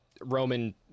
roman